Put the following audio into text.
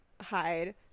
hide